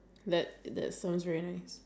I see okay